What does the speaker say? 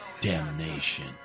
Damnation